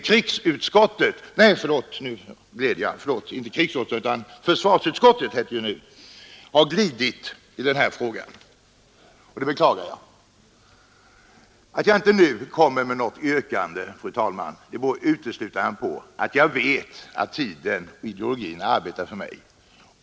Krigsutskottet, förlåt, försvarsutskottet har glidit i den här frågan. Det beklagar jag. Att jag inte nu kommer med något yrkande, fru talman, beror uteslutande på att jag vet att tiden och ideologin arbetar för mig.